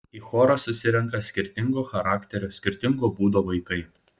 į chorą susirenka skirtingo charakterio skirtingo būdo vaikai